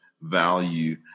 value